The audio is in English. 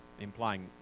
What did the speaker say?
implying